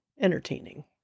Entertaining